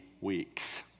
weeks